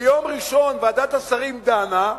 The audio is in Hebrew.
ביום ראשון ועדת השרים דנה,